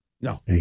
No